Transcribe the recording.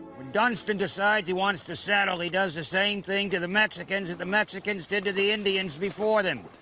when dunston decides he wants to settle, he does the same thing to the mexicans that the mexicans did to the indians before them.